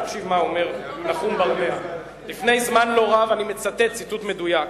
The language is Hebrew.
תקשיב מה אומר נחום ברנע: "לפני זמן לא רב" אני מצטט ציטוט מדויק,